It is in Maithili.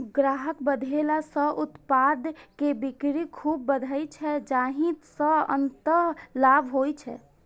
ग्राहक बढ़ेला सं उत्पाद के बिक्री खूब बढ़ै छै, जाहि सं अंततः लाभ होइ छै